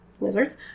lizards